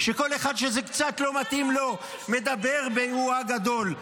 שכל אחד שזה קצת לא מתאים לו מדבר באו-אה גדול.